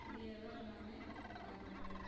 ஃப்ரீயாகவே எல்லாம் பாத்துக்கிறாங்கோ